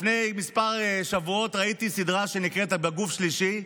לפני כמה שבועות ראיתי בערוץ 12 סדרה שנקראת "בגוף שלישי",